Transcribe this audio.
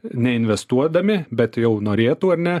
neinvestuodami bet jau norėtų ar ne